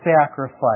sacrifice